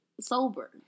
sober